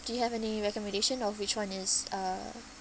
do you have any recommendation of which one is uh